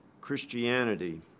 Christianity